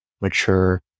mature